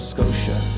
Scotia